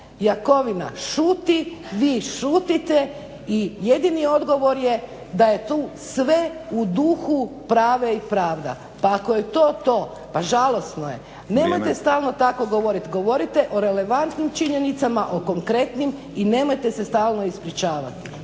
Jakovina šuti, vi šutite i jedini odgovor je da je tu sve u duhu pravde i prava. Pa ako je to to, pa žalosno je. Nemojte stalno tako govoriti. Govorite o relevantnim činjenicama, o konkretnim i nemojte se stalno ispričavati.